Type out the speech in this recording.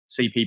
cp